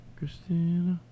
Christina